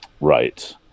Right